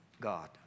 God